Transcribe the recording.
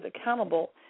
accountable